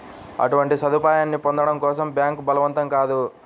అటువంటి సదుపాయాన్ని పొందడం కోసం బ్యాంక్ బలవంతం కాదు